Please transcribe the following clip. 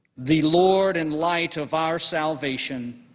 the lord and light of our salvation.